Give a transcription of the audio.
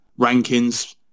rankings